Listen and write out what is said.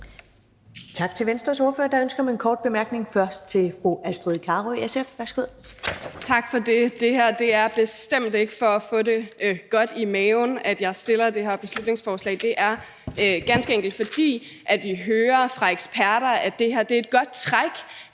Tak til Venstres ordfører. Der er ønske om korte bemærkninger. Først er det fra fru Astrid Carøe, SF. Værsgo. Kl. 11:00 Astrid Carøe (SF): Tak for det. Det er bestemt ikke for at få det godt i maven, at jeg fremsætter det her beslutningsforslag. Det er ganske enkelt, fordi vi hører fra eksperter, at det er et godt træk,